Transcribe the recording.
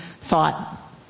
thought